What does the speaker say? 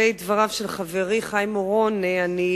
אחרי דבריו של חברי חיים אורון, אני